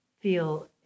feel